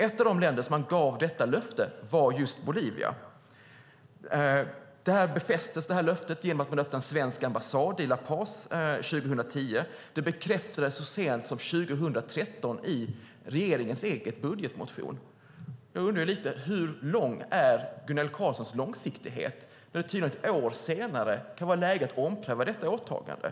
Ett av de länder som man gav detta löfte var just Bolivia. Det löftet befästes genom att man öppnade en svensk ambassad i La Paz 2010, och det bekräftades så sent som 2013 i regeringens egen budgetproposition. Jag undrar lite: Hur lång är Gunilla Carlssons långsiktighet, när det tydligen ett år senare kan vara läge att ompröva detta åtagande?